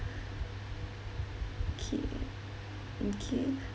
okay okay